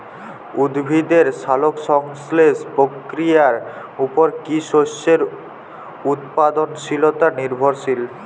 উদ্ভিদের সালোক সংশ্লেষ প্রক্রিয়ার উপর কী শস্যের উৎপাদনশীলতা নির্ভরশীল?